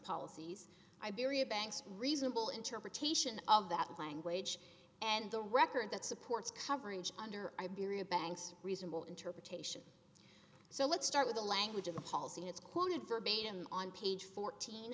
policies iberia banks reasonable interpretation of that language and the record that supports coverage under iberia banks reasonable interpretation so let's start with the language of the policy it's quoted verbatim on page fourteen